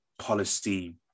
policy